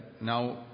now